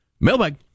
Mailbag